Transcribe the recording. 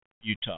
Utah